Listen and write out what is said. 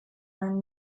einen